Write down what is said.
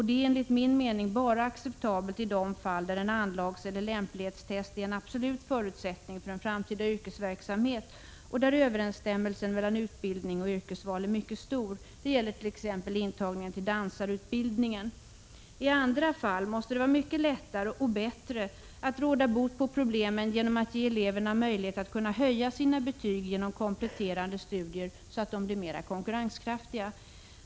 Det är enligt min mening acceptabelt bara i de fall där ett anlagseller lämplighetstest är en absolut förutsättning för en framtida yrkesverksamhet och där överensstämmelsen mellan utbildning och yrkesval är mycket stor. Det gäller t.ex. intagningen till dansarutbildningen. I andra fall måste det vara mycket lättare — och bättre — att råda bot på problemen genom att ge eleverna möjlighet att höja sina betyg genom kompletterande studier, så att de blir mera konkurrenskraftiga.